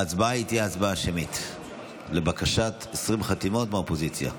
ההצבעה תהיה שמית לבקשת 20 חתימות מהאופוזיציה.